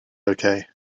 okay